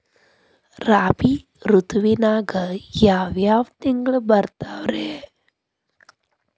ರಾಬಿ ಋತುವಿನಾಗ ಯಾವ್ ಯಾವ್ ತಿಂಗಳು ಬರ್ತಾವ್ ರೇ?